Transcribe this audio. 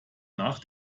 nach